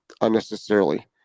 unnecessarily